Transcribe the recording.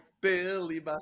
Billy